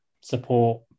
support